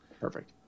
Perfect